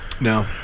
No